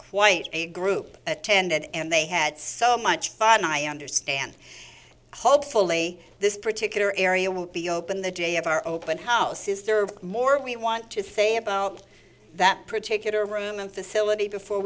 quite a group attended and they had so much fun i understand hopefully this particular area will be open the day of our open house says there are more we want to say about that particular room and facility before